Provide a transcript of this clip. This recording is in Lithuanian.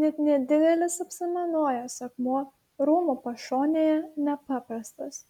net nedidelis apsamanojęs akmuo rūmų pašonėje nepaprastas